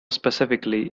specifically